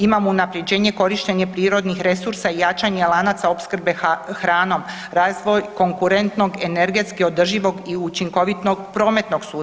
Imamo unapređenje, korištenje prirodnih resursa i jačanje lanaca opskrbe hranom, razvoj konkurentnog energetski održivog i učinkovitog prometnog sustava itd.